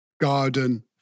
garden